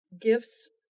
gifts